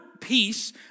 peace